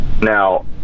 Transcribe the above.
now